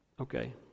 Okay